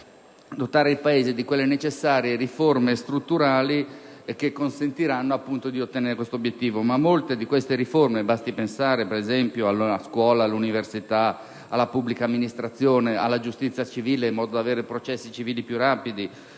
dotare il Paese delle necessarie riforme strutturali che consentiranno, appunto, di ottenere questo obiettivo. Molte di queste riforme, però (basti pensare alla scuola, all'università, alla pubblica amministrazione, alla giustizia civile, in modo da avere processi civili più rapidi,